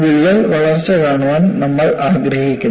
വിള്ളൽ വളർച്ച കാണാൻ നമ്മൾ ആഗ്രഹിക്കുന്നു